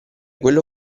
quello